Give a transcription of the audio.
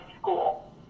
school